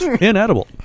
inedible